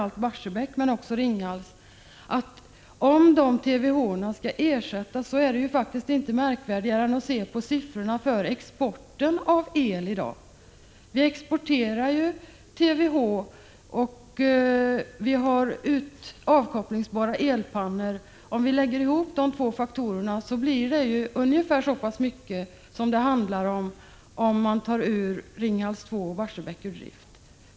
Att ersätta den el som de producerar är inte svårt. Vi kan bara se på siffrorna för vår éxport av el i dag — vi exporterar TWh och vi har avkopplingsbara elpannor. Om vi lägger ihop de två faktorerna får vi ungefär vad vi förlorar om Ringhals 2 och Barsebäck tas ur drift..